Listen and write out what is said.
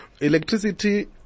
electricity